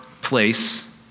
place